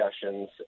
discussions